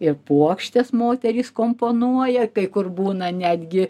ir puokštes moterys komponuoja kai kur būna netgi